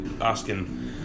asking